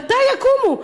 מתי יקומו?